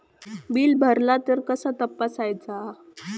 Bill भरला तर कसा तपसायचा?